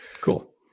Cool